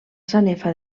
sanefa